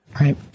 right